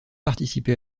participer